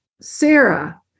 Sarah